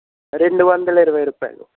రెండు వందల ఇరవై రూపాయిలు